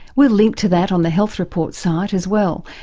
we'll link to that on the health report's site as well,